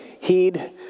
heed